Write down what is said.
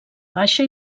baixa